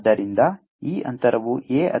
ಆದ್ದರಿಂದ ಈ ಅಂತರವು a